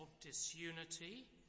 disunity